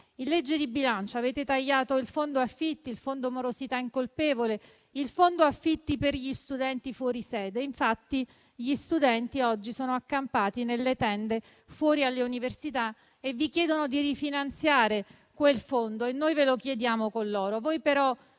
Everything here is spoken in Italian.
in legge di bilancio avete tagliato il fondo affitti, il fondo morosità incolpevole e il fondo affitti per gli studenti fuori sede (infatti, gli studenti oggi sono accampati nelle tende fuori dalle università e vi chiedono di rifinanziare quel fondo; e noi ve lo chiediamo con loro).